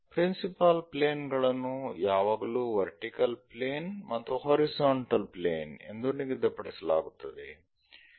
principal plane ಗಳನ್ನು ಯಾವಾಗಲೂ vertical plane ಮತ್ತು ಹಾರಿಜಾಂಟಲ್ ಪ್ಲೇನ್ ಎಂದು ನಿಗದಿಪಡಿಸಲಾಗುತ್ತದೆ